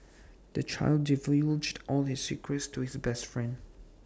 the child divulged all his secrets to his best friend